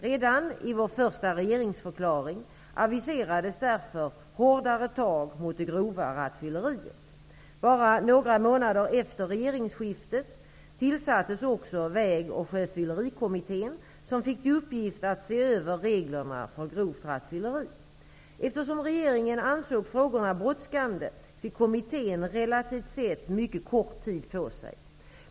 Redan i vår första regeringsförklaring aviserades därför hårdare tag mot det grova rattfylleriet. Bara några månader efter regeringsskiftet tillsattes också Vägoch sjöfyllerikommittén, som fick till uppgift att se över reglerna för grovt rattfylleri. Eftersom regeringen ansåg frågorna brådskande fick kommittén relativt sett mycket kort tid på sig.